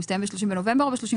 הוא מסתיים ב-30 בנובמבר או ב-31